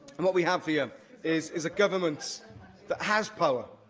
and what we have here is is a government that has power,